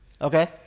Okay